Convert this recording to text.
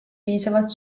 piisavalt